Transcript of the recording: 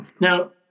Now